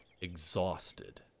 exhausted